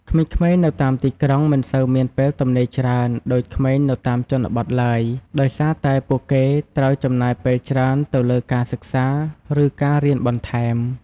ក្មេងៗនៅតាមទីក្រុងមិនសូវមានពេលទំនេរច្រើនដូចក្មេងនៅតាមជនបទឡើយ ដោយសារតែពួកគេត្រូវចំណាយពេលច្រើនទៅលើការសិក្សាឬការរៀនបន្ថែម។